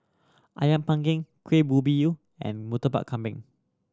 Ayam Panggang Kuih Ubi Yu and Murtabak Kambing